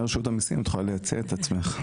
רשות המיסים את יכולה להציע את עצמכם.